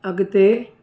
अॻिते